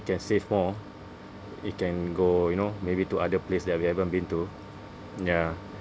can save more you can go you know maybe to other place that we haven't been to ya